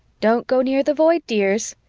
don't go near the void, dears.